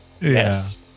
yes